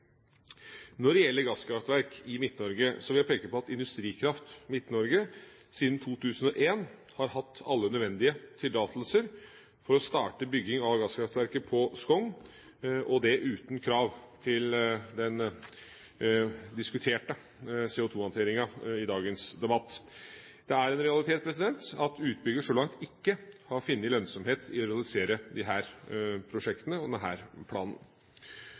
Når det gjelder gasskraftverk i Midt-Norge, vil jeg peke på at Industrikraft Midt-Norge siden 2001 har hatt alle nødvendige tillatelser til å starte bygging av gasskraftverket på Skogn – og det uten krav til den diskuterte CO2-håndteringa i dagens debatt. Det er en realitet at utbygger så langt ikke har funnet lønnsomhet i å realisere disse prosjektene og denne planen.